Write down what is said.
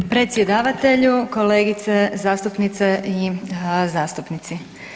Predsjedavatelju, kolegice zastupnice i zastupnici.